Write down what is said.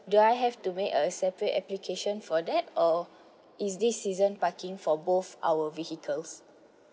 do I have to make a separate application for that or is this season parking for both our vehicles